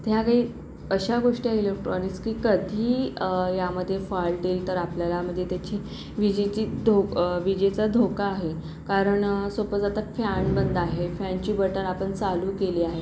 तर ह्या काही अशा गोष्टी आहे इलेक्ट्रॉनिक्स की कधी यामध्ये फॉल्ट येईल तर आपल्याला म्हणजे त्याची विजेची धो विजेचा धोका आहे कारण सपोज आता फॅन बंद आहे फॅनची बटन आपण चालू केले आहे